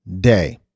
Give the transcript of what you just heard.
day